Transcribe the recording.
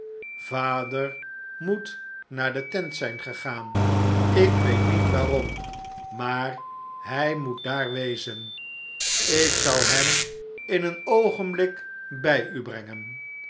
vader moet naar de tent zijn gegaan ik weet niet waarom maar hij moet daar wezen ik zal hem in een oogenblik bij u brengen